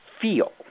feel